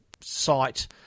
site